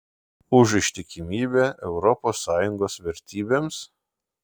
už ištikimybę europos sąjungos vertybėms